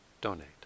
donate